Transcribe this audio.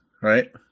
right